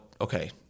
okay